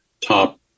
top